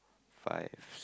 five